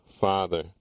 father